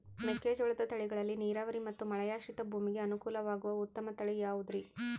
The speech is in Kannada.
ಮೆಕ್ಕೆಜೋಳದ ತಳಿಗಳಲ್ಲಿ ನೇರಾವರಿ ಮತ್ತು ಮಳೆಯಾಶ್ರಿತ ಭೂಮಿಗೆ ಅನುಕೂಲವಾಗುವ ಉತ್ತಮ ತಳಿ ಯಾವುದುರಿ?